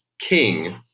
king